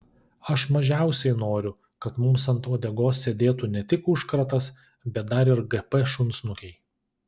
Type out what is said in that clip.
aš mažiausiai noriu kad mums ant uodegos sėdėtų ne tik užkratas bet dar ir gp šunsnukiai